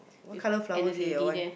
what colour flowers your one